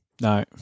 No